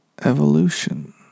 evolution